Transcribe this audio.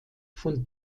von